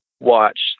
watch